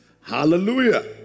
Hallelujah